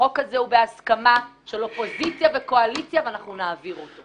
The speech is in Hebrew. החוק הזה הוא בהסכמה של אופוזיציה וקואליציה ואנחנו נעביר אותו.